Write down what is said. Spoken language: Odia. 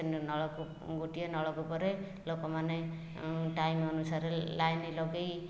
ନଳ ନଳକୂପ ଗୋଟିଏ ନଳକୂପରେ ଲୋକମାନେ ଟାଇମ୍ ଅନୁସାରେ ଲାଇନ୍ ଲଗାଇ